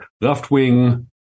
left-wing